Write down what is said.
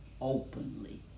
openly